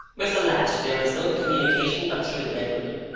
with the last there is no communication but through the bedroom.